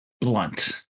blunt